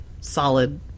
solid